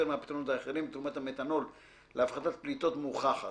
מהפתרונות האחרים ותרומת המתנול להפחתת פליטות מוכחת.